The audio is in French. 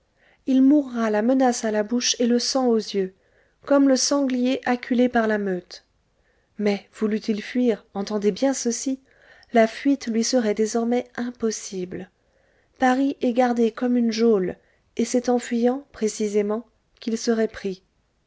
il mourra la menace à la bouche et le sang aux yeux comme le sanglier acculé par la meute mais voulût il fuir entendez bien ceci la fuite lui serait désormais impossible paris est gardé comme une geôle et c'est en fuyant précisément qu'il serait pris